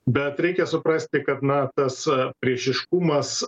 bet reikia suprasti kad na tas priešiškumas